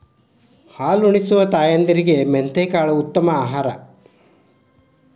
ಹಾಲುನಿಸುವ ತಾಯಂದಿರಿಗೆ ಮೆಂತೆಕಾಳು ಉತ್ತಮ ಆಹಾರ